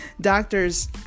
doctors